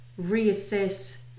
reassess